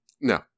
No